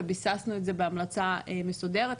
וביססנו את זה בהמלצה מאוד מסודרת.